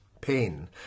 pain